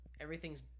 everything's –